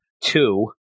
two